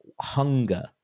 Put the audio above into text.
hunger